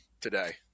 today